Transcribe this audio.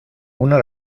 una